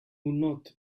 not